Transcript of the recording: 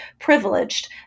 privileged